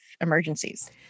emergencies